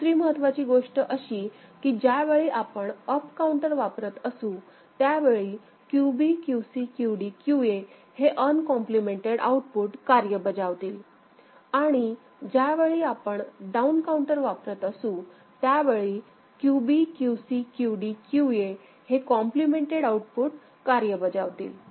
दुसरी महत्त्वाची गोष्ट अशी की ज्यावेळी आपण अप काउंटर वापरत असू त्यावेळी QB QC QD QA हे अनकॉम्प्लिमेंटेड आउटपुट कार्य बजावतील आणि ज्यावेळी आपण डाउन काउंटर वापरत असू त्यावेळी QB QC QD QA चे कॉम्प्लिमेंटेड आउटपुट कार्य बजावतील